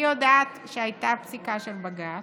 אני יודעת שהייתה פסיקה של בג"ץ,